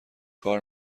کار